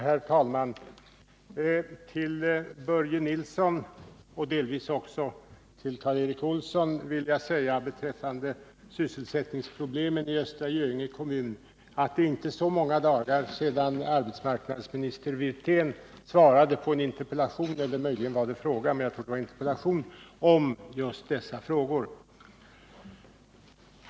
Herr talman! Till Börje Nilsson och delvis också till Karl Erik Olsson vill jag säga beträffande sysselsättningsproblemen i Östra Göinge kommun att det inte är många dagar sedan arbetsmarknadsministern Wirtén här i kammaren svarade på två frågor om just dessa problem.